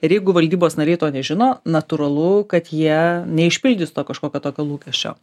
ir jeigu valdybos nariai to nežino natūralu kad jie neišpildys to kažkokio tokio lūkesčio